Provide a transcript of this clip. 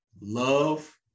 love